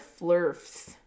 flurfs